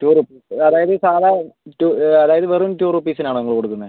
to റു അതായത് സാധാരണ ടു അതായത് വെറും ടൂ റുപ്പീസിനാണോ നിങ്ങൾ കൊടുക്കുന്നത്